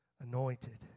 anointed